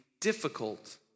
difficult